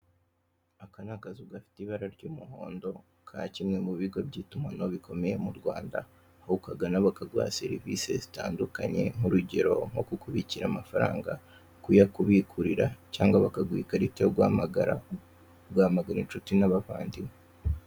Aka ni akazu gafite ibara ry'umuhondo ka kimwe mu bigo by'itumanaho bikomeye mu Rwanda, aho ukagana bakaguha serivise zitandukanye nk'urugero; nko kukubikira amafaranga, kuyakubikurira cyangwa bakaguha ikarita yo guhamagara, ugahamagara inshuti n'abavandimwe.